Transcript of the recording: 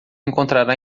encontrará